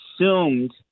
assumed